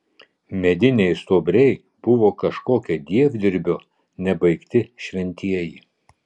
mediniai stuobriai buvo kažkokio dievdirbio nebaigti šventieji